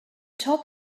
top